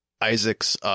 Isaac's